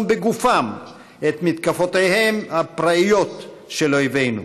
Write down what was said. בגופם את מתקפותיהם הפראיות של אויבינו.